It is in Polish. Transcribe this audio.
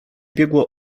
biegło